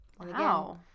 Wow